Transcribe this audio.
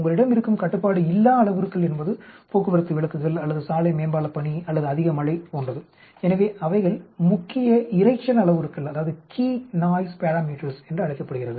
உங்களிடம் இருக்கும் கட்டுப்பாடு இல்லா அளவுருக்கள் என்பது போக்குவரத்து விளக்குகள் அல்லது சாலை மேம்பாலப் பணி அல்லது அதிக மழை போன்றது எனவே அவைகள் முக்கிய இரைச்சல் அளவுருக்கள் என்று அழைக்கப்படுகிறது